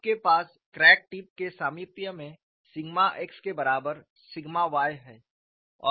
आपके पास crack tip के सामिप्य में सिग्मा x के बराबर सिग्मा y है